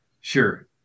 Sure